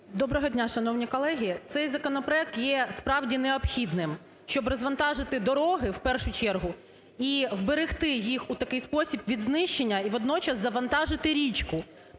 Доброго дня, шановні колеги. Цей законопроект є, справді, необхідним. Щоб розвантажити дороги, в першу чергу, і вберегти їх у такий спосіб від знищення і водночас завантажити річку.